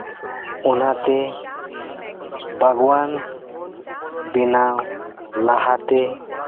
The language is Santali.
ᱚᱱᱟᱛᱮ ᱵᱟᱜᱽᱣᱟᱱ ᱵᱮᱱᱟᱣ ᱞᱟᱦᱟᱛᱮ